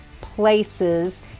places